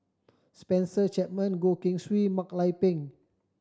Spencer Chapman Goh Keng Swee Mak Lai Peng